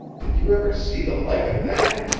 did you ever see the like of that?